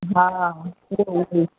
हा उहो उहो ई